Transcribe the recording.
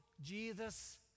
Jesus